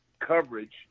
coverage